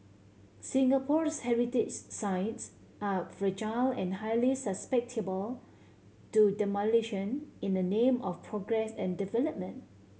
Singapore's heritage sites are fragile and highly susceptible to demolition in the name of progress and development